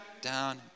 Down